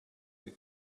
make